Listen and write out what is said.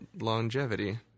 longevity